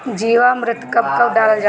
जीवामृत कब कब डालल जाला?